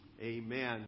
Amen